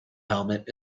helmet